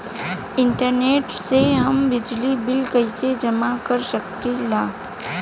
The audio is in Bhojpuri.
इंटरनेट से हम बिजली बिल कइसे जमा कर सकी ला?